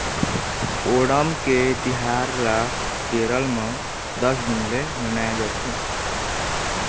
ओणम के तिहार ल केरल म दस दिन ले मनाए जाथे